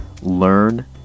Learn